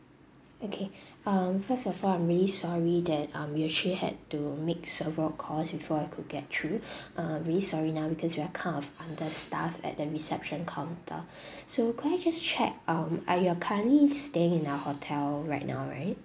okay um first of all I'm really sorry that um usually had to make several calls before I could get through uh really sorry now because we are kind of understaffed at the reception counter so could I just check um are you currently staying in our hotel right now right